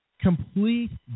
complete